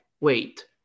wait